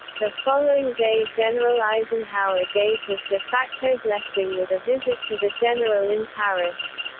the following day general eisenhower gave his de facto blessing with a visit to the general in paris.